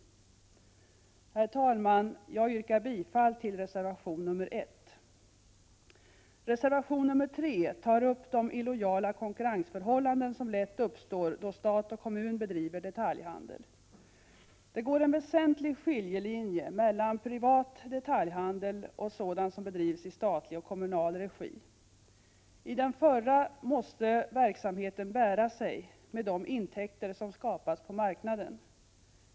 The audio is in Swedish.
Herr talman! Jag yrkar bifall till reservation nr 1. Reservation nr 3 tar upp de illojala konkurrensförhållanden som lätt uppstår då stat och kommun bedriver detaljhandel. Det går en väsentlig skiljelinje mellan privat detaljhandel och sådan som bedrivs i statlig och kommunal regi. I den förra måste verksamheten bära sig med de intäkter som skapas på marknaden.